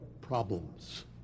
problems